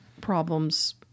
problems